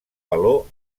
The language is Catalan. valor